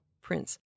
prince